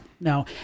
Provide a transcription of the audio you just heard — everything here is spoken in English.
no